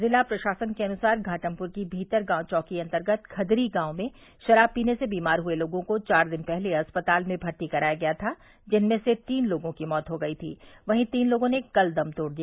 जिला प्रशासन के अनुसार घाटमपुर की भीतरगांव चौकी अन्तर्गत खदरी गांव में शराब पीने से बीमार हुए लोगों को चार दिन पहले अस्पताल में भर्ती कराया गया था जिनमें से तीन लोगों की मौत हो गई थी वहीं तीन लोगों ने कल दम तोड़ दिया